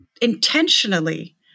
intentionally